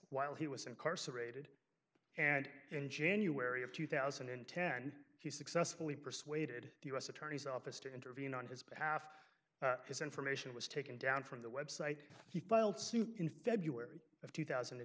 while he was incarcerated and in january of two thousand and ten he successfully persuaded the u s attorney's office to intervene on his behalf because information was taken down from the website he filed suit in february of two thousand and